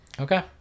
Okay